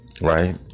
right